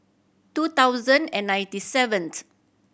two thousand and ninety seventh